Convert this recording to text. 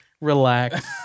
Relax